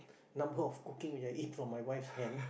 number of cooking I eat from my wife's hand